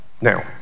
Now